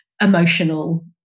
emotional